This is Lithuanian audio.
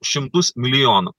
šimtus milijonų